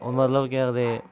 होर मतलब केह् आखदे